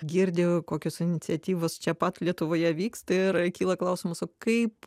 girdi kokios iniciatyvos čia pat lietuvoje vyksta ir kyla klausimas o kaip